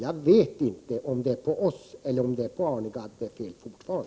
Jag vet fortfarande inte om det är oss eller om det är Arne Gadd det är fel på.